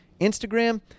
Instagram